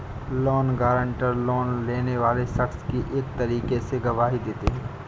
loan guarantor, loan लेने वाले शख्स की एक तरीके से गवाही देते हैं